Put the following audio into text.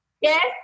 Yes